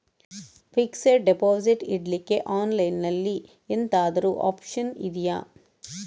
Fixed deposit ಇಡ್ಲಿಕ್ಕೆ online ಅಲ್ಲಿ ಎಂತಾದ್ರೂ ಒಪ್ಶನ್ ಇದ್ಯಾ?